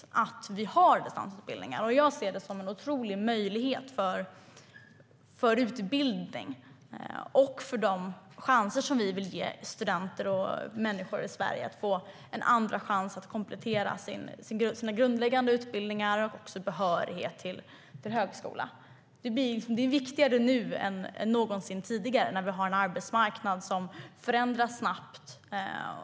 Jag ser distansutbildning som en otrolig möjlighet till utbildning. Vi vill ge studenter och människor i Sverige en andra chans. Man ska kunna komplettera sina grundläggande utbildningar och också få behörighet till högskola. Det är viktigare än någonsin nu när vi har en arbetsmarknad som förändras snabbt.